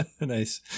nice